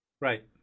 Right